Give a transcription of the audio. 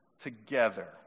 together